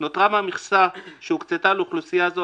נותרה מכסה מהמכסה שהוקצתה לאוכלוסייה זו,